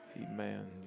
amen